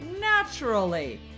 naturally